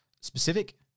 specific